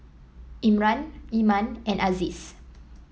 Imran Iman and Aziz